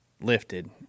lifted